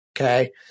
okay